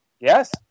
Yes